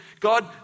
God